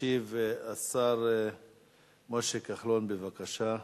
ישיב השר משה כחלון, בבקשה,